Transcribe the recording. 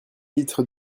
litres